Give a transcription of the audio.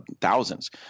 thousands